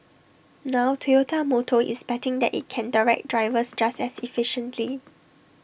now Toyota motor is betting that IT can direct drivers just as efficiently